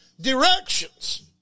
directions